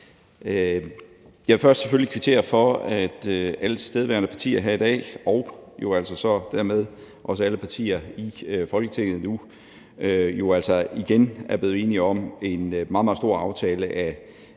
Jeg vil selvfølgelig først kvittere for, at alle tilstedeværende partier her i dag og jo altså dermed også alle partier i Folketinget nu igen er blevet enige om en meget, meget stor aftale af